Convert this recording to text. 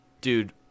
Dude